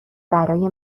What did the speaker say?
برای